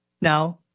Now